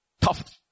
tough